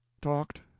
talked